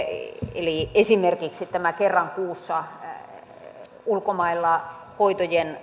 eli esimerkiksi kerran kuussa ulkomailla hoitojen